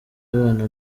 abana